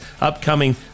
upcoming